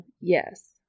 yes